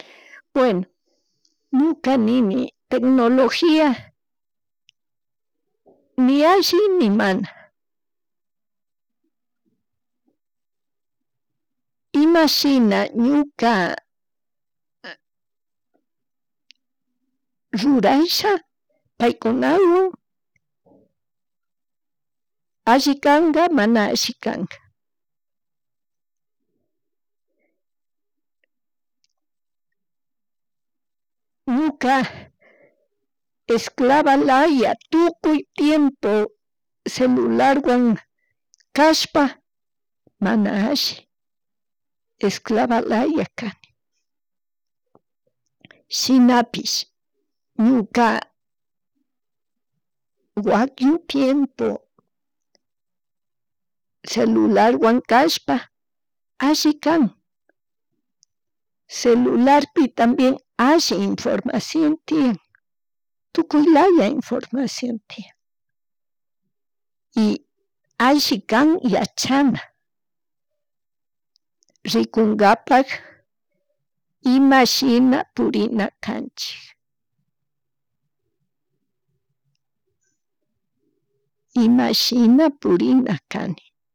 bueno ñuka nini tegnologia, ni alli ni mana imashina ñuka rurasha paykunawan alli kanga mana alli kanga ñuka esclavalaya tukuy tiempo, celularwan kashpa mana alli, esclava laya kani, shinapish ñuka wakin tiempo celularwan kashpa alli kan celurarpi tambien alli infomarcion tiyan, tukuy laya infomacion tiyan, y alli kan yachana rikungapak imashina purina kanchik imashina purina kani